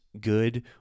good